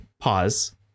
pause